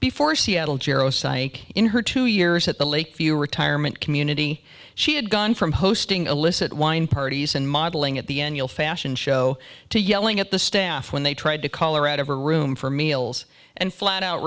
before seattle gero sake in her two years at the lakeview retirement community she had gone from hosting illicit wine parties and modeling at the end you'll fashion show to yelling at the staff when they tried to colorado her room for meals and flat out